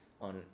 on